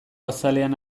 azalean